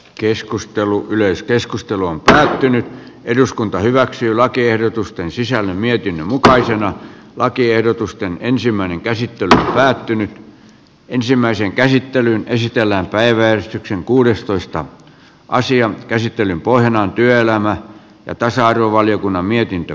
keskustelu yleiskeskustelua tälläytynyt eduskunta hyväksyy lakiehdotusten sisällä mietin mukaisena lakiehdotusten ensimmäinen käsittely päättyi ensimmäiseen käsittelyyn esitellään päiväystyksen kuudestoista asian käsittelyn pohjana on työelämä ja tasa arvovaliokunnan mietintö